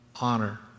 honor